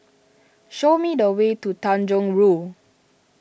show me the way to Tanjong Rhu